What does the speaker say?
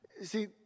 see